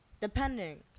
Depending